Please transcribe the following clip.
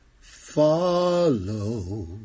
Follow